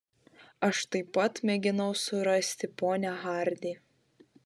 aš taip pat mėginau surasti ponią hardi